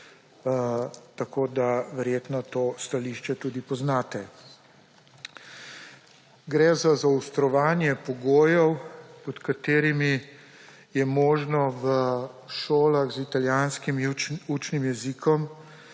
Verjetno to stališče tudi poznate. Gre za zaostrovanje pogojev, pod katerimi je mogoče v šolah z italijanskim učnim jezikom